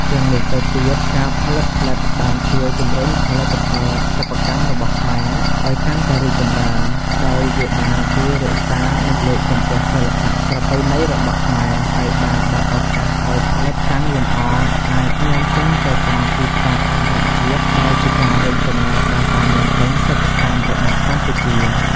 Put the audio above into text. ជាងនេះទៅទៀត ការផលិតផ្លិតបានជួយ ជំរុញផលិតផលសិប្បកម្មរបស់ខ្មែរ ឲ្យកាន់តែរីកចម្រើន ដោយវាបានជួយរក្សា និងលើកកម្ពស់សិល្បៈប្រពៃណីរបស់ខ្មែរ ហើយបានបើកឱកាសឲ្យផ្លិតតាំងលម្អអាច នាំចេញទៅកាន់ទីផ្សារអន្តរជាតិ ដែលជាការរួមចំណែកដល់ការនាំចេញសិប្បកម្មរបស់កម្ពុជា។